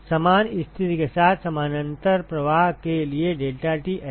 समान स्थिति के साथ समानांतर प्रवाह के लिए deltaT lmtd